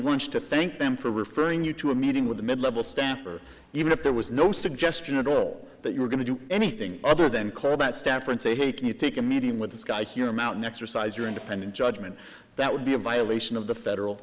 lunch to thank them for referring you to a meeting with a mid level staffer even if there was no suggestion at all that you were going to do anything other than call that staff and say hey can you take a meeting with this guy here mountain exercise your independent judgment that would be a violation of the federal